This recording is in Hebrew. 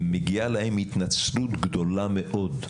מגיעה להם התנצלות גדולה מאוד.